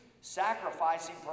sacrificing